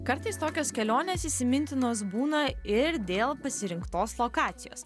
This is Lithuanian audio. kartais tokios kelionės įsimintinos būna ir dėl pasirinktos lokacijos